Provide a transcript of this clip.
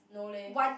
what